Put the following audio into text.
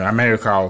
America